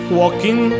walking